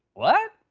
what!